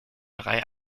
reihe